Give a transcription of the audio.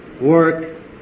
work